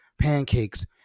pancakes